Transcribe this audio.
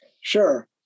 Sure